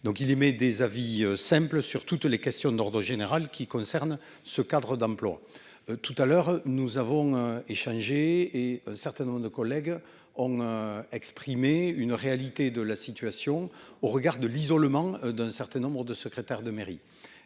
il émet des avis simple sur toutes les questions d'ordre général qui concerne ce cadre d'emploi. Tout à l'heure nous avons échangé et certainement de collègues ont exprimé une réalité de la situation au regard de l'isolement d'un certain nombre de secrétaire de mairie